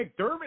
McDermott